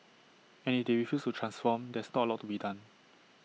and if they refuse to transform there's not A lot to be done